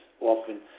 often